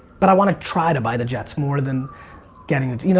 but i want to try to buy the jets more than getting to. you know,